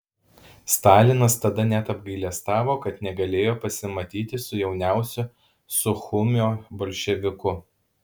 stalinas tada net apgailestavo kad negalėjo pasimatyti su jauniausiu suchumio bolševiku